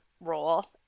role